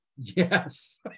Yes